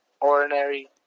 ordinary